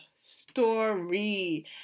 story